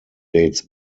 dates